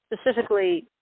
specifically